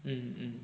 mm mm mm